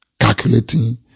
calculating